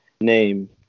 name